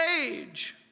age